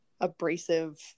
abrasive